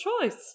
choice